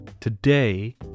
today